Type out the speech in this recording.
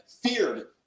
feared